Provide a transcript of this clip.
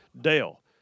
Dale